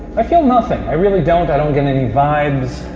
i feel nothing. i really don't. i don't get any vibes.